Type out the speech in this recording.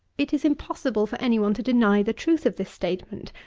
it is impossible for any one to deny the truth of this statement.